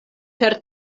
per